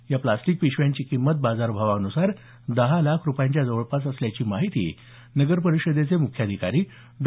या प्लास्टिक पिशव्यांची किंमत बाजारभावानुसार दहा लाख रुपयांच्या जवळपास असल्याची माहिती नगर परिषदेचे मुख्याधिकारी डॉ